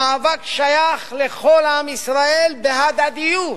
המאבק שייך לכל עם ישראל בהדדיות.